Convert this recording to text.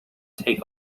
take